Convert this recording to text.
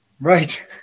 Right